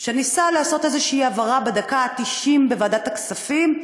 שניסה לעשות איזושהי העברה בדקה התשעים בוועדת הכספים,